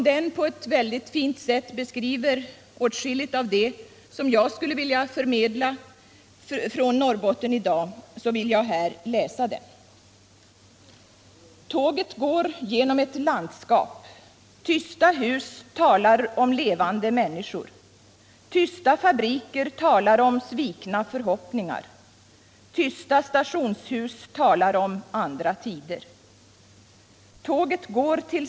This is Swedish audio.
den på ett väldigt fint sätt beskriver åtskilligt av det som jag skulle vilja förmedla från Norrbotten i dag vill jag här läsa den: talar om levande människor. Tysta fabriker talar om svikna förhoppningar. Tysta stationshus talar om andra tider.